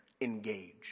Engage